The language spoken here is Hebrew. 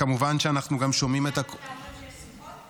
כמובן שאנחנו גם שומעים את --- אתה אומר שיש שיחות?